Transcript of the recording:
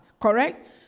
Correct